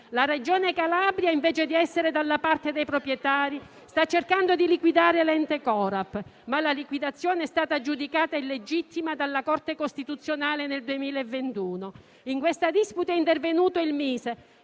La Regione Calabria, invece di essere dalla parte dei proprietari, sta cercando di liquidare l'ente Corap, ma la liquidazione è stata giudicata illegittima dalla Corte costituzionale nel 2021. In questa disputa è intervenuto il Mise,